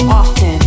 often